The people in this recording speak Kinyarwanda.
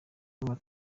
vuba